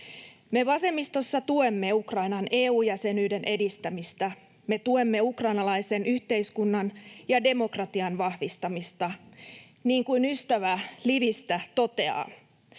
Me vasemmistossa tuemme Ukrainan EU-jäsenyyden edistämistä. Me tuemme ukrainalaisen yhteiskunnan ja demokratian vahvistamista. Niin kuin ystävä Lvivistä toteaa: